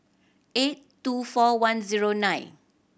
eight two four one zero nine